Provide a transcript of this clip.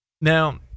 Now